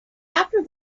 after